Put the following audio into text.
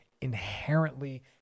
inherently